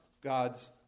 God's